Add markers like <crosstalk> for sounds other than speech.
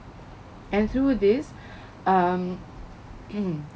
and through this <breath> um <noise>